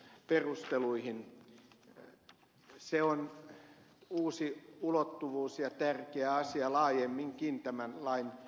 se on uusi ulottuvuus ja tärkeä asia laajemminkin tämän lain yli